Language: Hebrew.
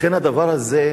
לכן הדבר הזה,